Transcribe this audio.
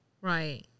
Right